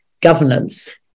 governance